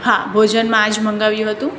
હા ભોજનમાં આ જ મંગાવ્યું હતું